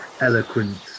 eloquent